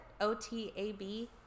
O-T-A-B